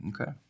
Okay